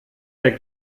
der